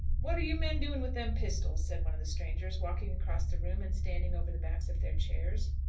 what are you men doing with them pistols? said one of the strangers, walking across the room, and standing over the backs of their chairs.